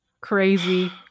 crazy